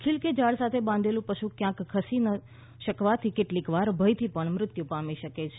ખીલે કે ઝાડ સાથે બાંધેલું પશું ક્યાંક ખસી નહીં શકવાથી કેટલીક વાર ભયથી પણ મૃત્યુ પામી શકે છે